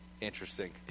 Interesting